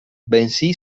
bensì